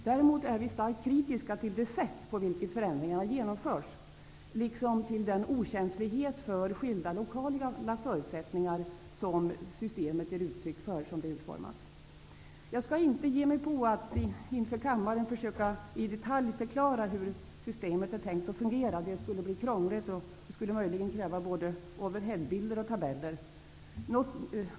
Däremot är vi starkt kritiska till det sätt på vilket förändringarna genomförs liksom till den okänslighet för skilda lokala förutsättningar som systemet ger uttryck för. Jag skall inte ge mig in på att inför kammaren i detalj försöka förklara hur systemet är tänkt att fungera. Det skulle bli krångligt och möjligen kräva både overheadbilder och tabeller.